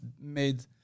made